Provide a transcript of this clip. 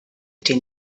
den